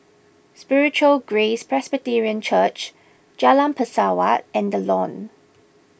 Spiritual Grace Presbyterian Church Jalan Pesawat and the Lawn